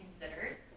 considered